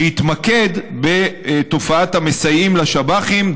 שהתמקד בתופעת המסייעים לשב"חים,